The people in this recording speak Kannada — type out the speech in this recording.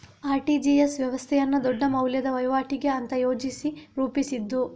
ಆರ್.ಟಿ.ಜಿ.ಎಸ್ ವ್ಯವಸ್ಥೆಯನ್ನ ದೊಡ್ಡ ಮೌಲ್ಯದ ವೈವಾಟಿಗೆ ಅಂತ ಯೋಚಿಸಿ ರೂಪಿಸಿದ್ದು